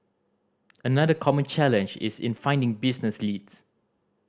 another common challenge is in finding business leads